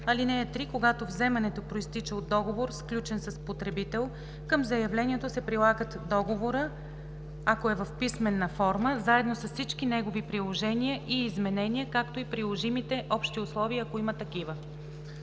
ал. 3: „(3) Когато вземането произтича от договор, сключен с потребител, към заявлението се прилагат договорът, ако е в писмена форма, заедно с всички негови приложения и изменения, както и приложимите общи условия, ако има такива.“